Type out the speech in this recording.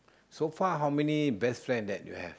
so far how many best friend that you have